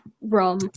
Rum